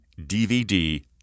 DVD